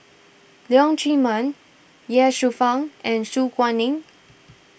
Leong Chee Mun Ye Shufang and Su Guaning